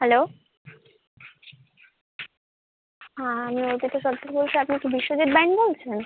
hello হ্যাঁ আমি অর্পিতা শাস্ত্রী বলছি আপনি কি বিশ্বজিৎ বাইন বলছেন